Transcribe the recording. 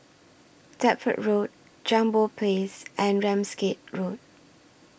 Deptford Road Jambol Place and Ramsgate Road